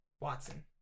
Watson